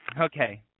Okay